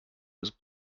was